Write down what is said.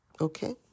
okay